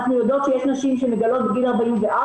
אנחנו יודעות שיש נשים שמגלות בגיל 44,